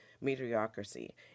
mediocrity